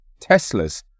Teslas